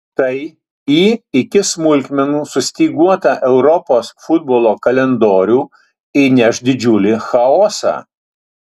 tai į iki smulkmenų sustyguotą europos futbolo kalendorių įneš didžiulį chaosą